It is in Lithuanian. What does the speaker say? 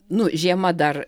nu žiema dar